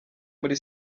muri